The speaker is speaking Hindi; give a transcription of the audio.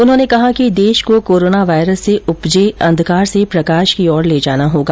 उन्होंने कहा कि देश को कोरोना वायरस से उपजे अंधकार से प्रकाश की ओर ले जाना होगा